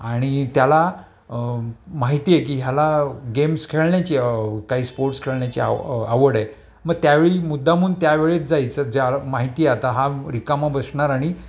आणि त्याला माहितीये की ह्याला गेम्स खेळण्याची काही स्पोर्ट्स खेळण्याची आव आवड आहे मग त्यावेळी मुद्दामून त्यावेळेस जायचं ज्या माहिती आता हा रिकामा बसणार आणि